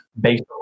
Based